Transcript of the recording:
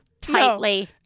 tightly